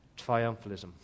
triumphalism